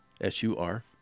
s-u-r